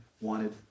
wanted